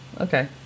Okay